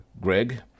Greg